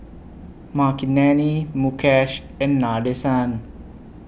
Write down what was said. Makineni Mukesh and Nadesan